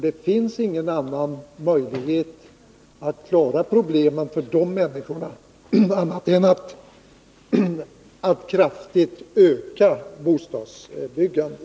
Det finns ingen annan möjlighet att klara problemen för dessa människor än att kraftigt öka bostadsbyggandet.